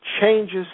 changes